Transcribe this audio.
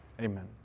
Amen